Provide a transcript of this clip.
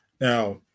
Now